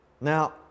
Now